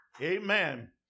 Amen